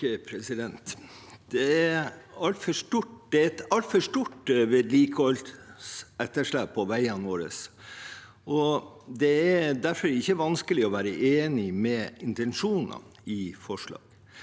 for saken): Det er et altfor stort vedlikeholdsetterslep på veiene våre, og det er derfor ikke vanskelig å være enig med intensjonen i forslaget.